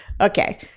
Okay